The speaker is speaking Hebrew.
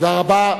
תודה רבה.